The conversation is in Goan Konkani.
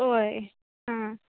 ओय